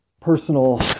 personal